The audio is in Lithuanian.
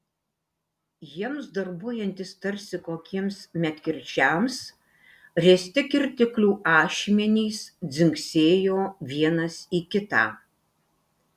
jiems darbuojantis tarsi kokiems medkirčiams riesti kirtiklių ašmenys dzingsėjo vienas į kitą